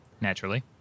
Naturally